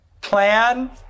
Plan